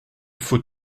faut